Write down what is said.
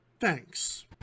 Thanks